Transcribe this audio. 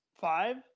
Five